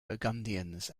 burgundians